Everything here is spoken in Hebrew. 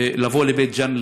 לבוא לבית ג'ן,